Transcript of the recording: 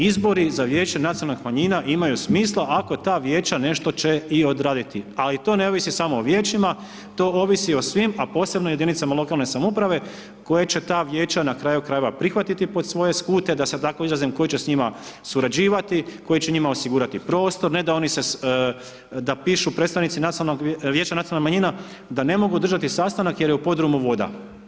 Izbori za Vijeće nacionalnih manjina imaju smisla ako ta vijeća nešto će i odraditi, ali to ne ovisi samo o vijeća to ovisi i o svim, a posebno o jedinicama lokalne samouprave koje će ta vijeća na kraju krajeva prihvatiti pod svoje skute da se tako izrazim, koji će s njima surađivati, koji će njima osigurati prostor, ne da oni se, da pišu predstavnici nacionalnog, vijeća nacionalnih manjina da ne mogu održati sastanak jer je u podrumu voda.